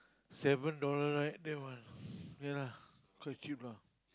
seven dollar right that one ya lah cause cheap lah